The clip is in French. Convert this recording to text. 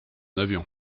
avion